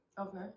Okay